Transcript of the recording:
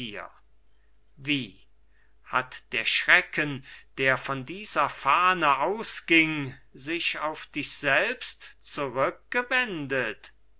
wie hat der schrecken der von dieser fahne ausging sich auf dich selbst